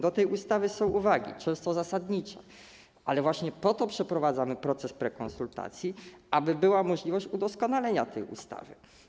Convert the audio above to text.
Do tej ustawy są uwagi, często zasadnicze, ale właśnie po to przeprowadzamy proces prekonsultacji, aby była możliwość udoskonalenia tej ustawy.